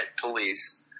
police